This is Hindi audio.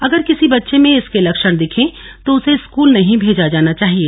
अगर किसी बच्चे में इसके लक्षण दिखें तो उसे स्कूल नहीं भेजा जाना चाहिए